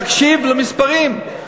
תקשיב למספרים,